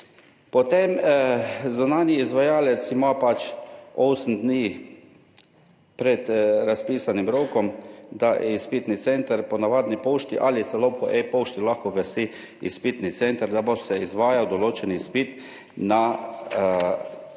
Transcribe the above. Potem zunanji izvajalec ima 8 dni pred razpisanim rokom, da izpitni center po navadni pošti ali celo po e-pošti lahko obvesti izpitni center, da bo se izvajal določen izpit pri